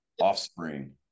offspring